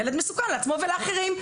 ילד מסוכן לעצמו ולאחרים.